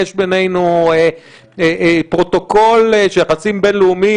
יש בינינו פרוטוקול של יחסים בין-לאומיים